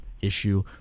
issue